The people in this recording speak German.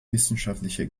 wissenschaftliche